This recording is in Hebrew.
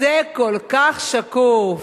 זה כל כך שקוף.